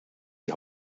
die